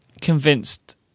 convinced